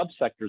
subsectors